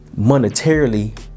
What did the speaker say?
monetarily